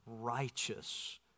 righteous